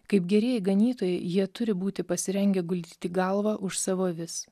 kaip gerieji ganytojai jie turi būti pasirengę guldyti galvą už savo avis